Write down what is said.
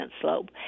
slope